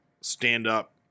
stand-up